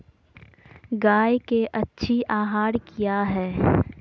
गाय के अच्छी आहार किया है?